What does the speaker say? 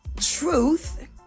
truth